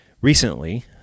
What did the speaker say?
recently